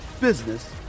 business